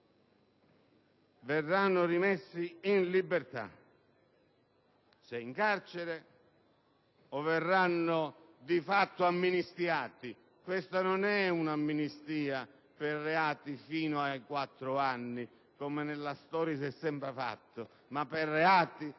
verranno rimessi in libertà, se in carcere, o verranno di fatto amnistiati. Questa non è un'amnistia per reati fino a quattro anni, come nella storia è sempre accaduto, ma per reati